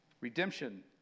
Redemption